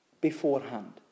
beforehand